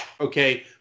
okay